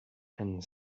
and